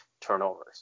turnovers